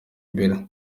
imbere